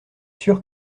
sûr